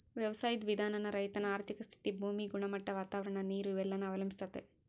ವ್ಯವಸಾಯುದ್ ವಿಧಾನಾನ ರೈತನ ಆರ್ಥಿಕ ಸ್ಥಿತಿ, ಭೂಮಿ ಗುಣಮಟ್ಟ, ವಾತಾವರಣ, ನೀರು ಇವೆಲ್ಲನ ಅವಲಂಬಿಸ್ತತೆ